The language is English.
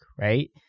right